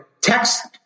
text